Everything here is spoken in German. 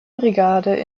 brigade